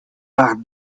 par